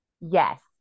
Yes